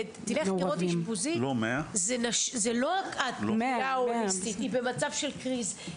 אשפוזית זה לא הקהילה ההוליסטית היא במצב של קריז,